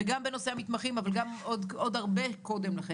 גם בנושא המתמחים, אבל גם עוד הרבה קודם לכן.